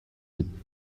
мэднэ